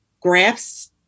graphs